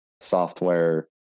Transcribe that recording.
software